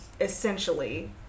essentially